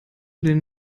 den